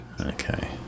Okay